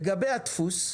לגבי הדפוס,